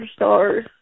superstars